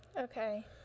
Okay